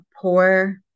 Poor